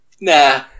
nah